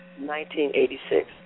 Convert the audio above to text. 1986